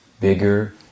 bigger